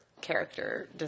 character